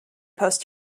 post